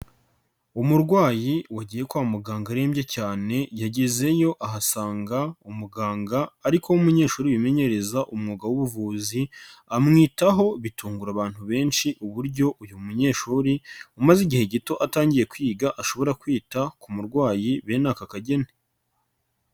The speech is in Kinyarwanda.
Umurwayi wagiye kwa muganga arembye cyane yagezeyo ahasanga umuganga ariko w'umunyeshuri wimenyereza umwuga w'ubuvuzi, amwitaho bitungura abantu benshi uburyo uyu munyeshuri, umaze igihe gito atangiye kwiga ashobora kwita ku murwayi bene aka kageni.